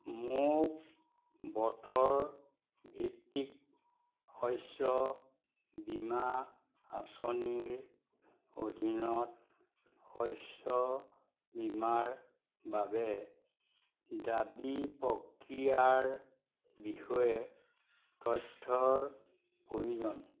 মোক বতৰ ভিত্তিক শস্য বীমা আঁচনিৰ অধীনত শস্য বীমাৰ বাবে দাবী প্ৰক্ৰিয়াৰ বিষয়ে তথ্যৰ প্ৰয়োজন